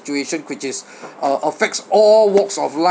situation which is uh affects all walks of life